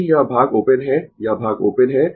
यदि यह भाग ओपन है यह भाग ओपन है